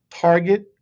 target